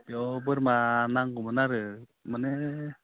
इयाव बोरमा नांगौमोन आरो माने